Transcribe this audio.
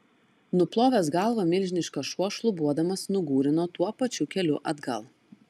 nuplovęs galvą milžiniškas šuo šlubuodamas nugūrino tuo pačiu keliu atgal